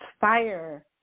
fire